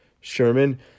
Sherman